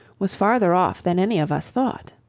was farther off than any of us thought.